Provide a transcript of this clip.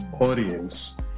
audience